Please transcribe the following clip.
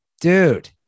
dude